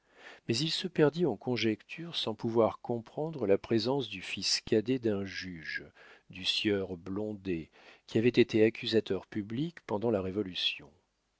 mais il se perdit en conjectures sans pouvoir comprendre la présence du fils cadet d'un juge du sieur blondet qui avait été accusateur public pendant la révolution